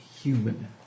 human